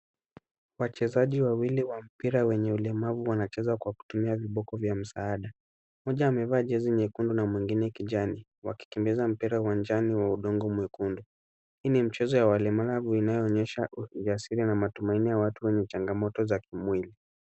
Wachezaji wawili wa mpira wenye ulemavu wanacheza kwa kutumia viboko vya msaada. Mmoja amevaa jezi nyekundu na mwingine kijani wakikimbiza mpira uwanjani wa udongo mwekundu. Hii ni mchezo ya walemavu inayoonyesha viasila na matumaini ya watu wenye changamoto za kimwili.